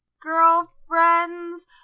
girlfriends